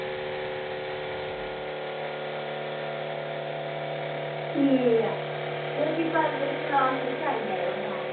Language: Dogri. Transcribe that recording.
ठीक ऐ ते भी कल्ल तुस क्लॉस बिच आई जायो तां